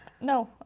no